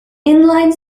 inline